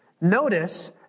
Notice